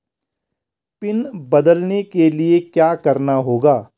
Pin बदलने के लिए क्या करना होगा?